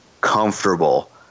comfortable